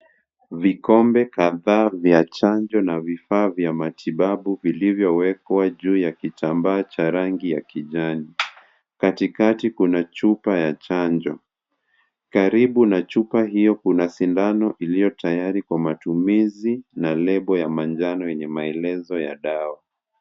Vikombe kadhaa vya chanjo na vifaa vya matibabu vilivyowekwa juu ya kitambaa cha rangi ya kijani. Katikati kuna chupa ya chanjo. Karibu na chupa hiyo kuna sindano iliyo tayari kwa matumizi na lebo ya manjano yenye maelezo ya dawa.